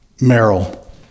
Merrill